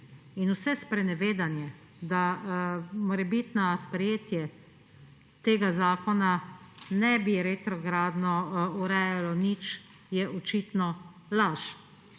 vse sprenevedanje, da morebitno sprejetje tega zakona ne bi retrogradno urejalo nič, je očitno laž.